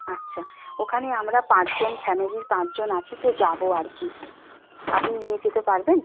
আচ্ছা ওখানে আমরা পাঁচজন ফ্যামিলির পাঁচজন আছি তো যাব আর কি আপনি নিয়ে যেতে পারবেন